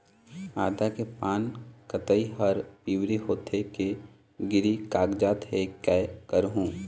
आदा के पान पतई हर पिवरी होथे के गिर कागजात हे, कै करहूं?